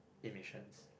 emissions